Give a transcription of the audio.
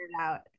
out